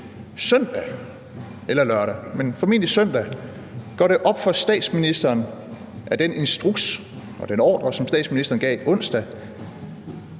Søndag eller lørdag, men formentlig søndag, går det op for statsministeren, at den instruks og den ordre, som statsministeren gav onsdag,